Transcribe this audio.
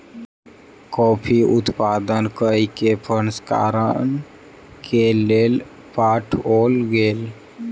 coffee उत्पादन कय के प्रसंस्करण के लेल पठाओल गेल